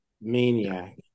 maniac